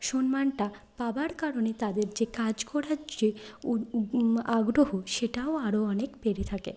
সম্মানটা পাওয়ার কারণে তাদের যে কাজ করার যে আগ্রহ সেটাও আরো অনেক বেড়ে থাকে